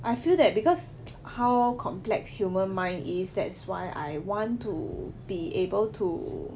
I feel that because how complex human mind is that's why I want to be able to read